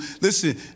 Listen